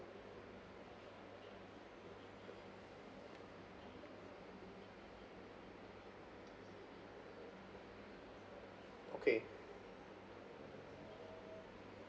okay